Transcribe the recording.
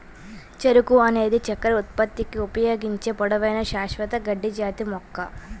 చెరకు అనేది చక్కెర ఉత్పత్తికి ఉపయోగించే పొడవైన, శాశ్వత గడ్డి జాతి మొక్క